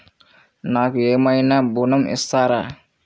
నాకు ఏమైనా ఋణం ఇస్తారా?